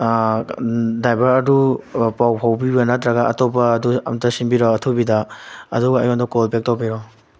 driver ꯑꯗꯨ ꯄꯥꯎ ꯐꯥꯎꯕꯤꯕ ꯅꯠꯇ꯭ꯔꯒ ꯑꯇꯣꯞꯄ ꯑꯗꯨ ꯑꯝꯇ ꯁꯤꯟꯕꯤꯔꯛꯑꯣ ꯑꯊꯨꯕꯤꯗ ꯑꯗꯨꯒ ꯑꯩꯉꯣꯟꯗ ꯀꯣꯜ ꯕꯦꯛ ꯇꯧꯕꯤꯔꯛꯑꯣ